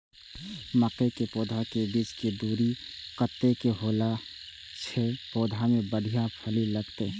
मके के पौधा के बीच के दूरी कतेक होला से पौधा में बढ़िया फली लगते?